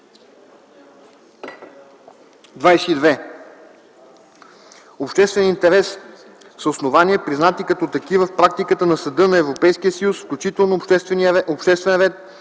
22. „Обществен интерес” са основания, признати като такива в практиката на Съда на Европейския съюз, включително обществен ред,